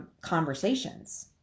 conversations